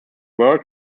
world